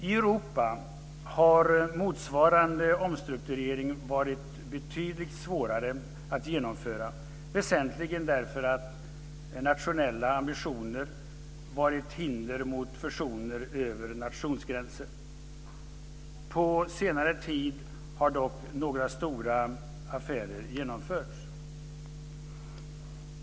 I Europa har motsvarande omstrukturering varit betydligt svårare att genomföra, väsentligen därför att nationella ambitioner har varit hinder för fusioner över nationsgränser. På senare tid har dock några stora affärer genomförts.